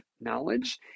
knowledge